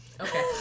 Okay